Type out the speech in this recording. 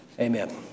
Amen